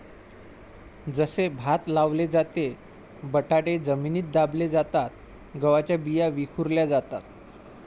जसे भात लावले जाते, बटाटे जमिनीत दाबले जातात, गव्हाच्या बिया विखुरल्या जातात